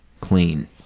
clean